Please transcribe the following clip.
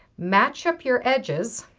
match up your edges,